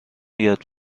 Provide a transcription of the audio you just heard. یاد